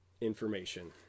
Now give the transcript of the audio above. information